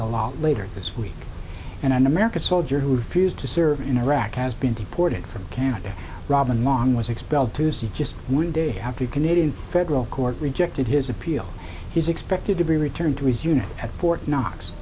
the law later this week and an american soldier who fused to serve in iraq has been deported from canada robin long was expelled tuesday just one day after canadian federal court rejected his appeal he's expected to be returned to his unit at fort knox